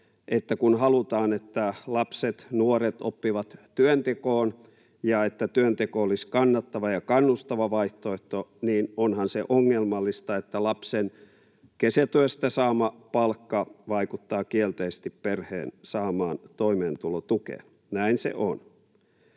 että kun halutaan, että lapset ja nuoret oppivat työntekoon ja että työnteko olisi kannattava ja kannustava vaihtoehto, niin lapsen kesätyöstä saama palkka vaikuttaa kielteisesti perheen saamaan toimeentulotukeen. Näin se on.